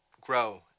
grow